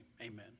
Amen